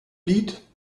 lied